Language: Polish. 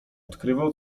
odkrywał